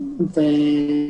פשוט.